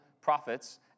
prophets